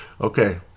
Okay